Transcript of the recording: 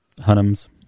Hunnam's